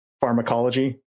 Pharmacology